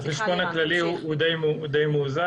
החשבון הכללי הוא די מאוזן